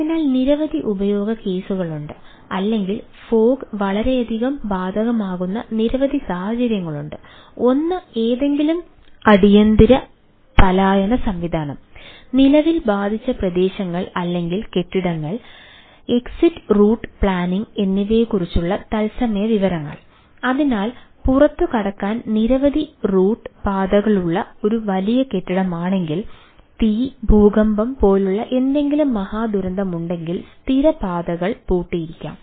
അതിനാൽ നിരവധി ഉപയോഗ കേസുകളുണ്ട് അല്ലെങ്കിൽ ഫോഗ് പാതകളുള്ള ഒരു വലിയ കെട്ടിടമാണെങ്കിൽ തീ ഭൂകമ്പം പോലുള്ള എന്തെങ്കിലും മഹാദുരന്തമുണ്ടെങ്കിൽ സ്ഥിര പാതകൾ പൂട്ടിയിരിക്കാം